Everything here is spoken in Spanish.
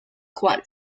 juan